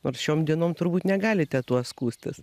nors šiom dienom turbūt negalite tuo skųstis